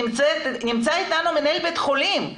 נמצא איתנו מנהל בית חולים,